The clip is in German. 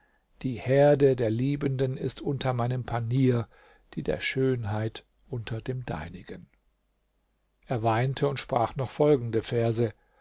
die herde der liebenden ist unter meinem panier die der schönheit unter dem deinigen er weinte und sprach noch folgende verse